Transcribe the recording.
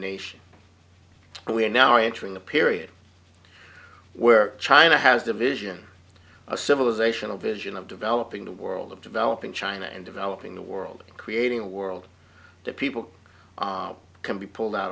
nation we are now entering the period where china has a vision a civilizational vision of developing the world of developing china and developing the world creating a world that people can be pulled out